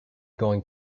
going